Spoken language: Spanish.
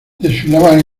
desfilaban